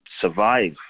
survive